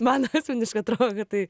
man asmeniškai atrodo kad tai